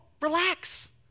relax